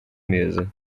mesa